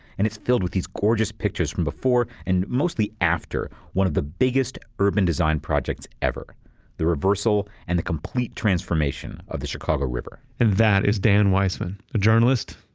and it's filled with these gorgeous pictures from before but and mostly after one of the biggest urban design projects ever the reversal and the complete transformation of the chicago river and that is dan weisman, a journalist,